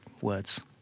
words